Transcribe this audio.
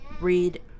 read